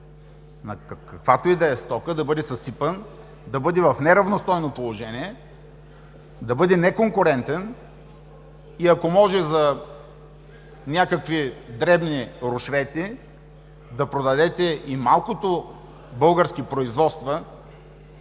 на каквато и да е стока, да бъде съсипан, да бъде в неравностойно положение, да бъде неконкурентен и, ако може за някакви дребни рушвети, да продадете и малкото български производства.